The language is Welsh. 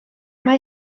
mae